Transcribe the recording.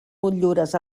motllures